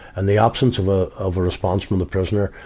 and the absence of a, of a response from the prisoner,